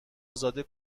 ازاده